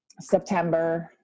September